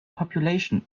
population